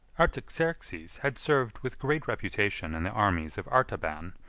artaxerxes had served with great reputation in the armies of artaban,